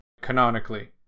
canonically